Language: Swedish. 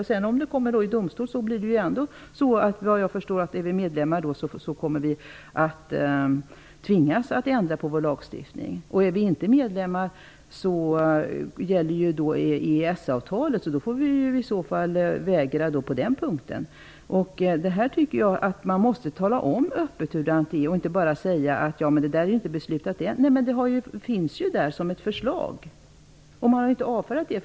Om det sedan går till domstolen kommer vi, om vi då är medlemmar, enligt vad jag förstår att tvingas att ändra vår lagstiftning. Är vi inte medlemmar gäller EES-avtalet, så då får vi i så fall vägra på den punkten. Jag tycker att man öppet måste tala om hur det är med det här och inte bara säga: Det där är inte beslutat ännu. Nej, det är det inte, men det finns ju där som ett förslag, och man har inte avfärdat det.